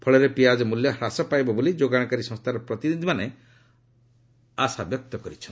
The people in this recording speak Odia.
ଫଳରେ ପିଆଜ ମୂଲ୍ୟ ହ୍ରାସ ପାଇବ ବୋଲି ଯୋଗାଶକାରୀ ସଂସ୍କାର ପ୍ରତିନିଧ୍ୟମାନେ କହିଛନ୍ତି